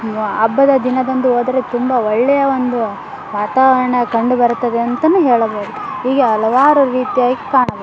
ಹಬ್ಬದ ದಿನದಂದು ಹೋದರೆ ತುಂಬ ಒಳ್ಳೆಯ ಒಂದು ವಾತಾವರಣ ಕಂಡು ಬರುತ್ತದೆ ಅಂತಲೂ ಹೇಳಬೋದು ಹೀಗೆ ಹಲವಾರು ರೀತಿಯಾಗಿ ಕಾಣಬೋದು